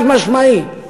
חד-משמעי,